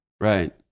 Right